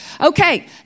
Okay